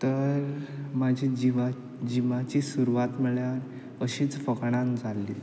तर म्हाजी जिवा जिमाची सुरवात म्हळ्ळ्यार अशीच फोकाणान जाल्ली